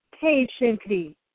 patiently